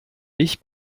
ich